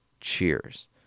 Cheers